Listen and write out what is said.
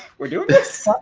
we're doing this?